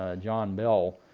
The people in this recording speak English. ah john bell,